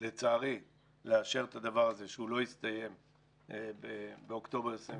לצערי לאשר את זה הדבר הזה,